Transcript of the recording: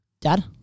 Dad